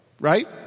right